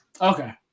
Okay